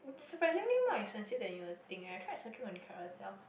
surprisingly not as expensive then you will think eh I tried searching on Carousel